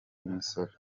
imisoro